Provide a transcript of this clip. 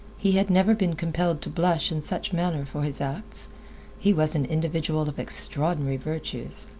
he had never been compelled to blush in such manner for his acts he was an individual of extraordinary virtues.